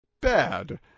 Bad